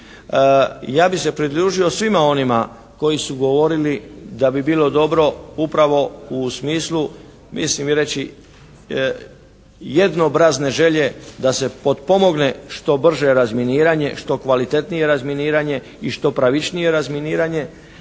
Ja bi se pridružio svima onima koji su govorili da bi bilo dobro upravo u smislu mislim i reći jednoobrazne želje da se potpomogne što brže razminiranje, što kvalitetnije razminiranje i što pravičnije razminiranje,